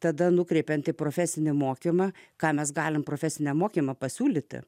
tada nukreipianti profesinį mokymą ką mes galime profesiniam mokymui pasiūlyti